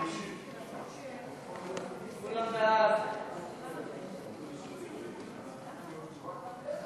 התגמולים לנפגעי פעולות איבה (תיקון מס' 30) (תיקון מס' 2),